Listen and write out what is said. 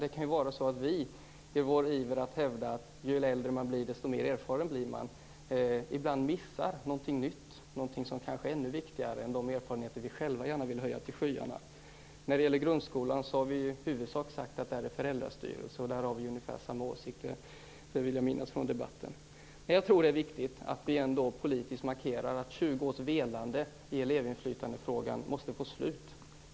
Det kan ju vara så att vi i vår iver att hävda att ju äldre man blir, desto mer erfaren blir man ibland missar något nytt och något som kanske är ännu viktigare än de erfarenheter som vi själva gärna vill höja till skyarna. När det gäller grundskolan har vi i huvudsak sagt att det skall handla om föräldrastyrelse. Där har Inger Davidson och jag ungefär samma åsikt. Jag tror att det är viktigt att vi ändå politiskt markerar att 20 års velande i frågan om elevinflytande måste få ett slut.